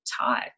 talk